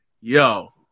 Yo